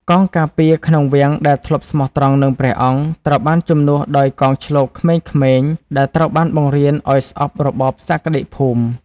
កងការពារក្នុងវាំងដែលធ្លាប់ស្មោះត្រង់នឹងព្រះអង្គ ត្រូវបានជំនួសដោយកងឈ្លបក្មេងៗដែលត្រូវបានបង្រៀនឱ្យស្អប់របបសក្តិភូមិ។